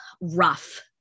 rough